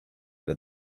that